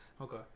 okay